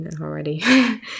already